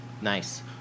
Nice